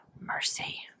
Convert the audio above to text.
mercy